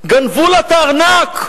גנבו לה את הארנק.